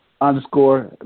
underscore